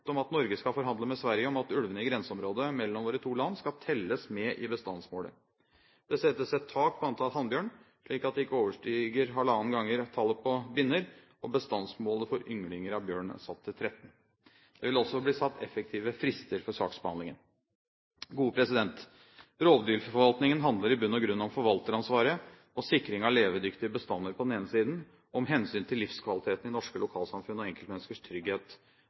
at Norge skal forhandle med Sverige om at ulvene i grenseområdet mellom våre to land skal telles med i bestandsmålet. Det settes et tak på antall hannbjørn, slik at det ikke overstiger halvannen ganger tallet på binner, og bestandsmålet for ynglinger av bjørn er satt til 13. Det vil også bli satt effektive frister for saksbehandlingen. Rovdyrforvaltningen handler i bunn og grunn om forvalteransvaret og sikring av levedyktige bestander på den ene siden, om hensynet til livskvaliteten i norske lokalsamfunn og enkeltmenneskers trygghet,